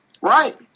right